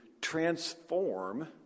transform